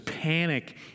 panic